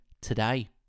today